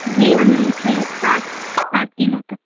घी हमें छः सात सात किलो तक